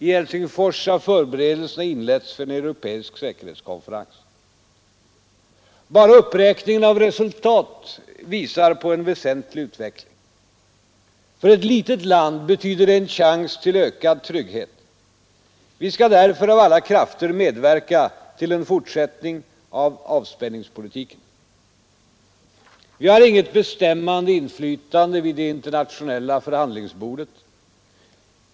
I Helsingfors har förberedelserna inletts för en europeisk säkerhetskonferens. Bara uppräkningen av resultat visar på en väsentlig utveckling. För ett litet land betyder det en chans till ökad trygghet. Vi skall därför av alla krafter medverka till en fortsättning av avspänningspolitiken. Vi har inget bestämmande inflytande vid det internationella förhandlingsbordet.